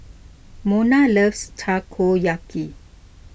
Mona loves Takoyaki